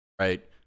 right